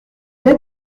est